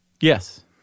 Yes